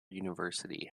university